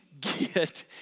get